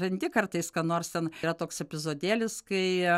randi kartais ką nors ten yra toks epizodėlis kai